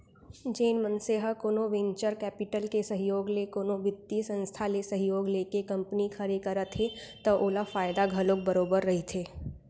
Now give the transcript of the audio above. जेन मनसे ह कोनो वेंचर कैपिटल के सहयोग ले कोनो बित्तीय संस्था ले सहयोग लेके कंपनी खड़े करत हे त ओला फायदा घलोक बरोबर रहिथे